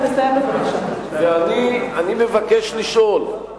אני מבקש לשאול,